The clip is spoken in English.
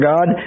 God